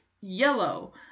yellow